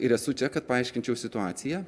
ir esu čia kad paaiškinčiau situaciją